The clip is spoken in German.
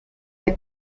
der